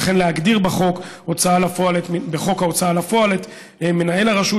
וכן להגדיר בחוק ההוצאה לפועל את מנהל הרשות,